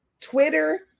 Twitter